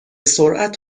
سرعت